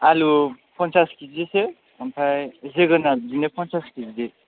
आलु पन्सास किजिसो ओमफ्राय जोगोनार बिदिनो पन्सास किजि